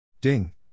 Ding